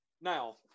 Now